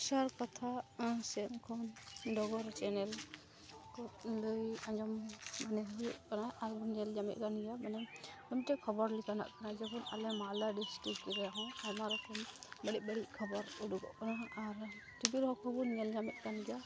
ᱥᱟᱨ ᱠᱟᱛᱷᱟ ᱥᱮᱫ ᱠᱷᱚᱱ ᱰᱚᱜᱚᱨ ᱪᱮᱱᱮᱞ ᱠᱚ ᱞᱟᱹᱭ ᱟᱸᱡᱚᱢ ᱢᱟᱱᱮ ᱦᱩᱭᱩᱜ ᱠᱟᱱᱟ ᱟᱨᱵᱚᱱ ᱧᱮᱞ ᱧᱟᱢᱮᱫᱠᱟᱱ ᱜᱮᱭᱟ ᱢᱟᱱᱮ ᱢᱤᱫᱴᱮᱡ ᱠᱷᱚᱵᱚᱨ ᱞᱮᱠᱟᱱᱟᱜ ᱡᱮᱢᱚᱱ ᱟᱞᱮ ᱢᱟᱞᱫᱟ ᱰᱤᱥᱴᱤᱠ ᱨᱮᱦᱚᱸ ᱟᱭᱢᱟ ᱨᱚᱠᱚᱢ ᱵᱟᱹᱲᱤᱡ ᱵᱟᱹᱲᱤᱡ ᱠᱷᱚᱵᱚᱨ ᱚᱰᱳᱜᱚᱜ ᱠᱟᱱᱟ ᱟᱨ ᱴᱤᱵᱷᱤ ᱨᱮᱦᱚᱸ ᱠᱷᱚᱵᱚᱨ ᱧᱮᱞ ᱧᱟᱢᱮᱫᱠᱟᱱ ᱜᱮᱭᱟ